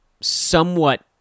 somewhat